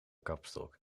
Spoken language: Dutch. kapstok